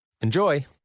Enjoy